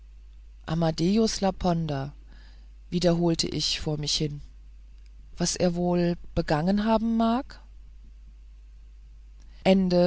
amadeus laponder wiederholte ich vor mich hin was er wohl begangen haben mag